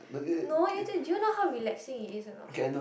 no you need to do you know how relaxing it is or not